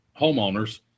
homeowners